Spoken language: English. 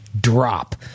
drop